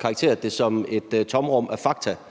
karakteriseret det, som om der var et tomrum af fakta